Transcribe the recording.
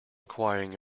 acquiring